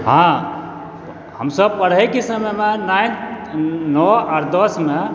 हॅं हमसब पढ़ैके समयमे नाइन्थ नओ आओर दसमे